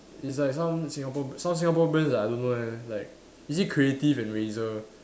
it's like some Singapore b~ some Singapore brands that I don't know leh like is it Creative and Razer